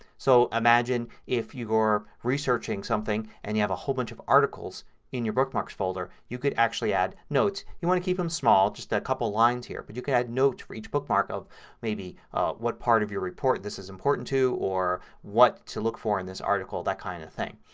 so imagine if you're researching something and you have a whole bunch of articles in your bookmarks folder, you can actually add notes. you want to keep them small. just a couple lines here. but you can add notes for each bookmark of maybe what part of your report this is important to or what to look for in this article. that kind of thing.